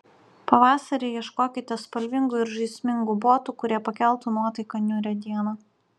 pavasarį ieškokite spalvingų ir žaismingų botų kurie pakeltų nuotaiką niūrią dieną